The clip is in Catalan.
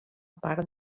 part